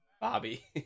Bobby